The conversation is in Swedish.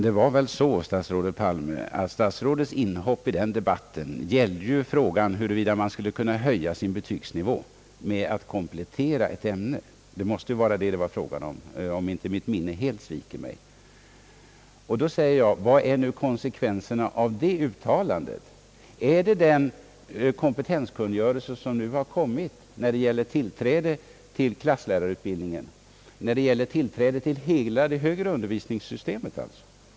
Det var väl så, statsrådet Palme, att statsrådets inhopp i den debatten gällde frågan huruvida man skulle kunna höja sin betygsnivå genom att komplettera ett ämne — om inte mitt minne helt sviker mig. Vad är konsekvensen av det uttalandet? är det den kompetenskungörelse som nu har kommit i fråga om tillträde till klasslärarutbildningen, alltså till hela det högre undervisningssystemet?